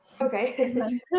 okay